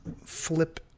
flip